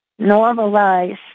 normalize